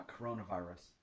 coronavirus